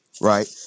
right